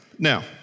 Now